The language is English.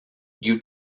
you